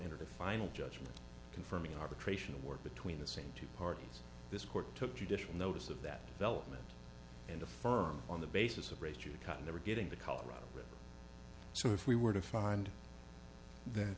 entered a final judgment confirming arbitration work between the same two parties this court took judicial notice of that development and affirm on the basis of race you kind of are getting the colorado river so if we were to find that